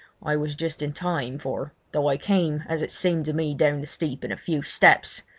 i was just in time, for, though i came as it seemed to me down the steep in a few steps,